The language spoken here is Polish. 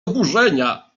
oburzenia